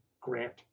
grant